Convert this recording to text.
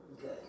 good